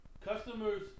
customers